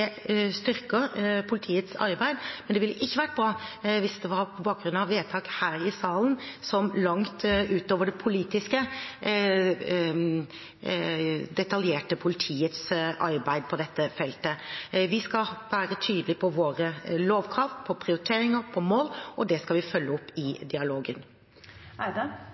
styrker politiets arbeid, men det ville ikke vært bra hvis det var på bakgrunn av vedtak her i salen som – langt utover det politiske – detaljerte politiets arbeid på dette feltet. Vi skal være tydelige på våre lovkrav, prioriteringer og mål, og det skal vi følge opp i